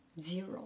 zero